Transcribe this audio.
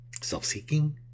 self-seeking